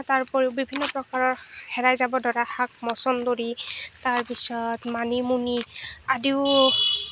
তাৰোপৰি বিভিন্ন প্ৰকাৰৰ হেৰাই যাব ধৰা শাক মচন্দৰি তাৰপিছত মানিমুনি আদিও